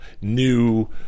new